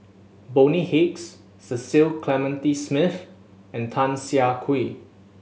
Bonny Hicks Cecil Clementi Smith and Tan Siah Kwee